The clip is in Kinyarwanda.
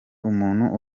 umuntu